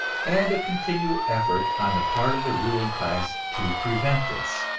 and a continual effort on the part of the ruling class to prevent this.